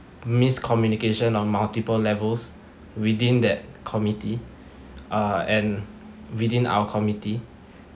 miscommunication on multiple levels within that committee uh and within our committee